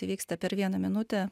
įvyksta per vieną minutę